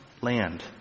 land